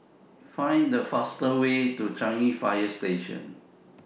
Find The fastest Way to Changi Fire Station